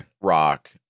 rock